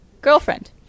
girlfriend